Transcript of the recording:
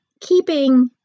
keeping